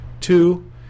Two